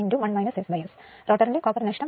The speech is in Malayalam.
നമുക്ക് നേരത്തെ തന്നെ റോട്ടറിന്റെ കോപ്പർ നഷ്ടം 1